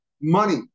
money